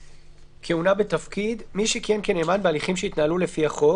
"כהונה בתפקיד" מי שכיהן כנאמן בהליכים שהתנהלו לפי החוק,